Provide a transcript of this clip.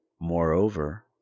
Moreover